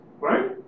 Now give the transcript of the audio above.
Right